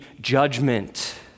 judgment